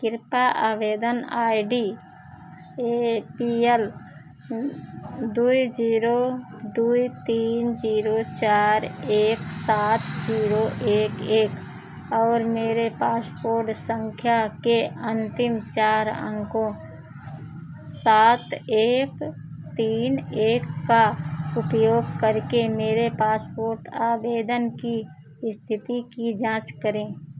कृपया आवेदन I D A P L दो ज़ीरो दो तीन ज़ीरो चार एक सात ज़ीरो एक एक और मेरे पासपोर्ट सँख्या के अन्तिम चार अंकों सात एक तीन एक का उपयोग करके मेरे पासपोर्ट आवेदन की इस्थिति की जाँच करें